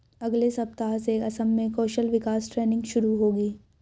अगले सप्ताह से असम में कौशल विकास ट्रेनिंग शुरू होगी